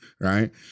right